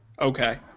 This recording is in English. Okay